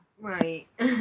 Right